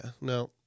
no